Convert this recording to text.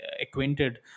acquainted